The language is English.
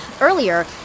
Earlier